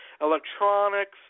electronics